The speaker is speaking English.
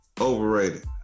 Overrated